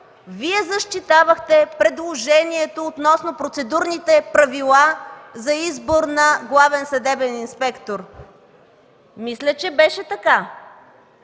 Вие защитавахте предложението относно процедурните правила за избор на главен съдебен инспектор. Мисля, че беше така.